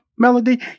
melody